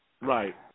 Right